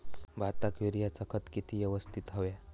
भाताक युरियाचा खत किती यवस्तित हव्या?